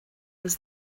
was